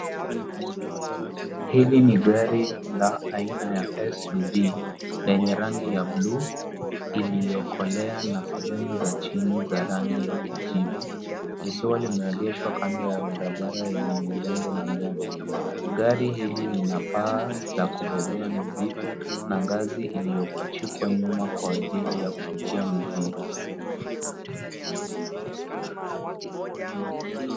Hili ni gari la aina ya SUV lenye rangi ya buluu iliyokolea na sehemu za chini za rangi ya kijivu likiwa limeegeshwa kando ya barabara yenye udongo na nyasi. Gari hili lina paa la kubebea mizigo na ngazi iliyopachikwa nyuma kwa ajili ya kufikia mizigo.